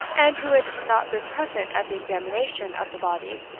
and who had not been present at the examination of the body,